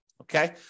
Okay